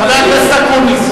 חבר הכנסת אקוניס.